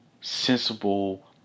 sensible